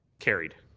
carried.